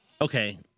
Okay